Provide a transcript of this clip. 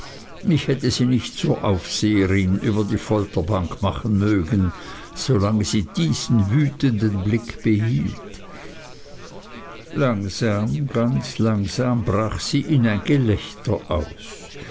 ich hätte sie nicht zur aufseherin über die folterbank machen mögen solange sie diesen wütenden blick behielt langsam ganz langsam brach sie in ein gelächter aus